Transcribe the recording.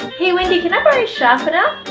hey wendy can i borrow a sharpener?